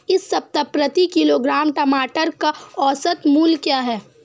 इस सप्ताह प्रति किलोग्राम टमाटर का औसत मूल्य क्या है?